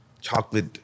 chocolate